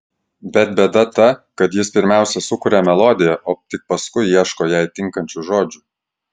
bet bėda ta kad jis pirmiausia sukuria melodiją o tik paskui ieško jai tinkančių žodžių